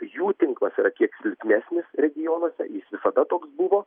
jų tinklas yra kiek silpnesnis regionuose jis visada toks buvo